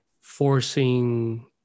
forcing